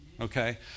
okay